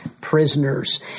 Prisoners